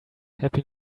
happy